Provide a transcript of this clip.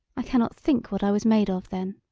i cannot think what i was made of then!